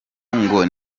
ngo